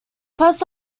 post